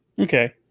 Okay